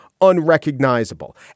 unrecognizable